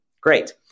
Great